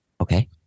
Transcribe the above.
Okay